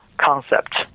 concept